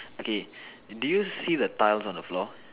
okay do you see the tiles on the floor